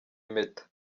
impeta